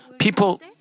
People